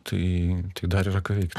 tai dar yra ką veikt